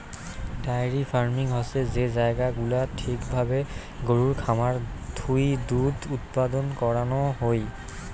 diary farming হসে যে জায়গা গুলাত ঠিক ভাবে গরুর খামার থুই দুধ উৎপাদন করানো হুই